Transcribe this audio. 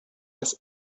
das